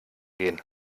gehen